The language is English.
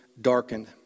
darkened